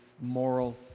moral